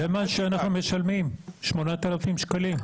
זה מה שאנחנו משלמים 8,000 שקלים.